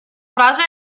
frase